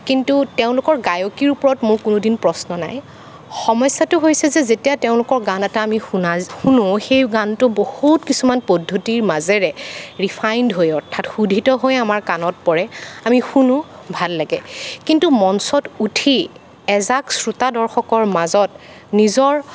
কিন্তু তেওঁলোকৰ গায়কীৰ ওপৰত মোৰ কোনোদিন প্ৰশ্ন নাই সমস্যাটো হৈছে যে যেতিয়া তেওঁলোকৰ গান এটা আমি শুনা শুনোঁ সেই গানটো বহু কিছুমান পদ্ধতিৰ মাজেৰে ৰিফাইন্দ হৈ অৰ্থাৎ শোধিত হৈ আমাৰ কাণত পৰে আমি শুনোঁ ভাল লাগে কিন্তু মঞ্চত উঠি এজাক শ্ৰোতা দৰ্শকৰ মাজত নিজৰ